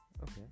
okay